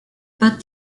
but